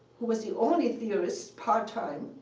who was the only theorist, part-time.